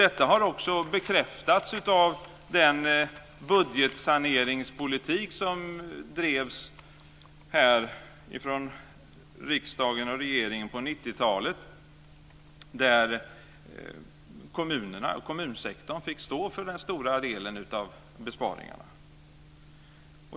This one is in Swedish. Detta har också bekräftats av den budgetsaneringspolitik som bedrevs från riksdagen och regeringen på 90-talet, då kommunsektorn fick stå för den stora delen av besparingarna.